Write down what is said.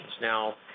Now